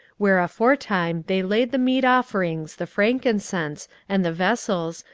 where aforetime they laid the meat offerings, the frankincense, and the vessels,